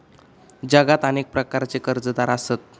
जगात अनेक प्रकारचे कर्जदार आसत